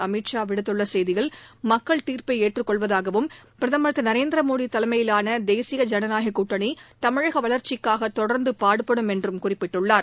அமித் ஷா விடுத்துள்ள செய்தியில் மக்கள் தீர்ப்பை ஏற்றுக் கொள்வதாகவும் பிரதமர் நரேந்திர மோடி தலைமையிலான தேசிய ஜனநாயக கூட்டணி தமிழக வளர்ச்சிக்காக தொடர்ந்து பாடுபடும் என்று குறிப்பிட்டுள்ளார்